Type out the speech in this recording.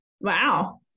Wow